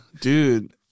Dude